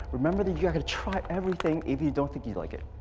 remember that you you have to try everything if you don't think you like it.